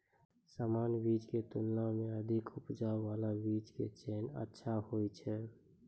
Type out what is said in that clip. सामान्य बीज के तुलना मॅ अधिक उपज बाला बीज के चयन अच्छा होय छै